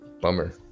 bummer